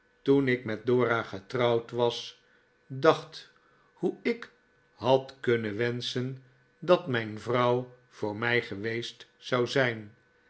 toen ik met dora getrouwd was dacht hoe ik had david copperfield kunnen wenschen dat mijn vrouw voor mij geweest zou zijn